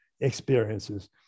experiences